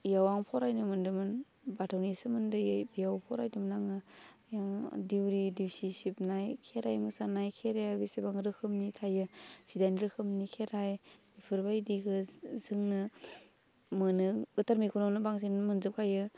बेयाव आं फरायनो मोनदोंमोन बाथौनि सोमोन्दोयै बेयाव फरायदोंमोन आङो दिउरि गिसिब सिबनाय खेराइ मोसानाय खेराइआ बेसेबां रोखोमनि थायो जिदाइन रोखोमनि खेराइ बेफोरबायदिखौ जोंनो मोनो गोथार मैखुनावबो बांसिन मोनजोबखायो